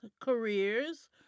careers